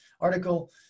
article